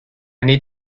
need